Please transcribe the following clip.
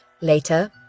Later